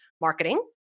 marketing